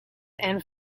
and